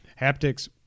Haptics